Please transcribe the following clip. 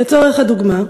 לצורך הדוגמה,